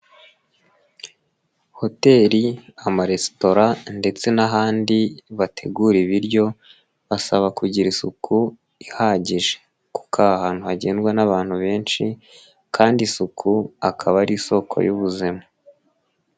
Hoteri, amaresitora ndetse n'ahandi bategura ibiryo basaba kugira isuku ihagije kuko aha hantu hagendwa n'abantu benshi kandi isuku akaba ari isoko y'ubuzima.